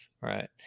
right